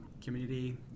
community